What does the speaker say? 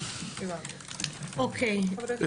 לא אגע